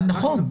נכון.